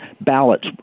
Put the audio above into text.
ballots